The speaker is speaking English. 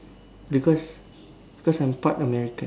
because I'm part American